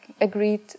agreed